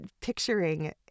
picturing